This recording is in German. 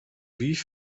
wie